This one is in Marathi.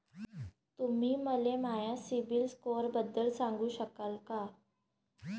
तुम्ही मले माया सीबील स्कोअरबद्दल सांगू शकाल का?